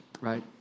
right